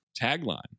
Tagline